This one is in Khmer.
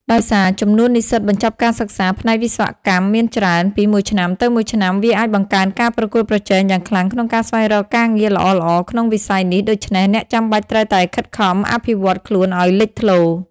ដោយសារ ចំនួននិស្សិតបញ្ចប់ការសិក្សាផ្នែកវិស្វកម្មមានច្រើន ពីមួយឆ្នាំទៅមួយឆ្នាំវាអាចបង្កើនការប្រកួតប្រជែងយ៉ាងខ្លាំងក្នុងការស្វែងរកការងារល្អៗក្នុងវិស័យនេះដូច្នេះអ្នកចាំបាច់ត្រូវតែខិតខំអភិវឌ្ឍខ្លួនឲ្យលេចធ្លោ។